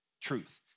Truth